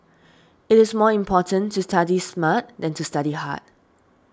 it is more important to study smart than to study hard